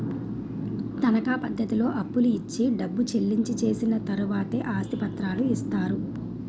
తనకా పద్ధతిలో అప్పులు ఇచ్చి డబ్బు చెల్లించి చేసిన తర్వాతే ఆస్తి పత్రాలు ఇస్తారు